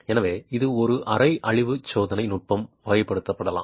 எனவே இது ஒரு அரை அழிவு சோதனை நுட்பமாக வகைப்படுத்தப்படலாம்